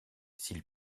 s’il